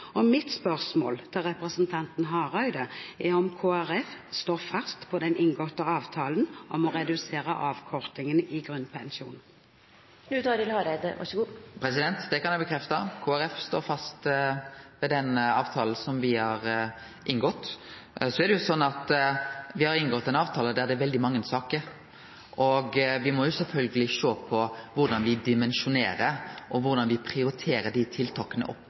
grunnpensjon. Mitt spørsmål til representanten Hareide er om Kristelig Folkeparti står fast på den inngåtte avtalen om å redusere avkortingen i grunnpensjonen. Det kan eg bekrefte. Kristeleg Folkeparti står fast ved den avtalen som me har inngått. Så har me inngått ein avtale der det er veldig mange saker, og me må sjølvsagt sjå på korleis me dimensjonerer, og korleis me prioriterer dei tiltaka opp